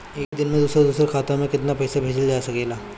एक दिन में दूसर दूसर खाता में केतना पईसा भेजल जा सेकला?